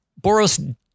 Boros